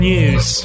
News